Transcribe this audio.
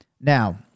Now